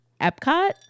Epcot